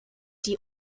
die